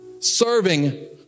serving